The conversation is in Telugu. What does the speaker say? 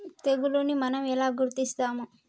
తెగులుని మనం ఎలా గుర్తిస్తాము?